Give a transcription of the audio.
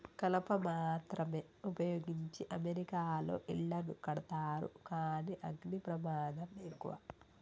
కలప మాత్రమే వుపయోగించి అమెరికాలో ఇళ్లను కడతారు కానీ అగ్ని ప్రమాదం ఎక్కువ